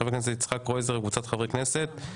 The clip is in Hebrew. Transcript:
של חבר הכנסת יצחק קרויזר וקבוצת חברי כנסת.